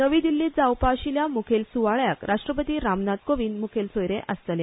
नवी दिल्लींत जावपा आशिल्ल्या म्खेल स्वाळ्याक राष्ट्रपती राम नाथ कोविंद मुखेल सोयरे आसतले